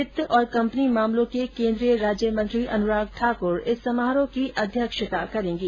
वित्त और कम्पनी मामलों के केन्द्रीय राज्य मंत्री अनुराग ठाकुर इस समारोह की अध्यक्षता करेंगे